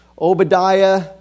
Obadiah